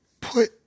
Put